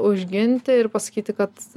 užginti ir pasakyti kad